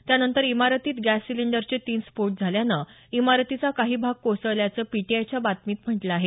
त्या नंतर इमारतीत गॅस सिलिंडरचे तीन स्फोट झाल्यानं इमारतीचा काही भाग कोसळल्याचं पीटीआयच्या बातमीत म्हटलं आहे